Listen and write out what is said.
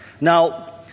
Now